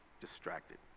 distracted